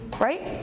Right